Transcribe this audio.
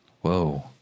Whoa